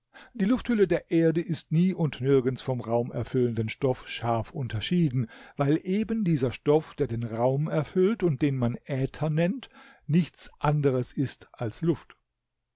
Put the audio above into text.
die lufthülle der erde ist nie und nirgends vom raumerfüllenden stoff scharf unterschieden weil eben dieser stoff der den raum erfüllt und den man äther nennt nichts anderes ist als luft